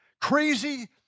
crazy